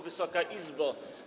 Wysoka Izbo!